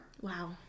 wow